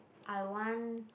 I want